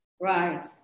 Right